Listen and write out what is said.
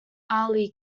ali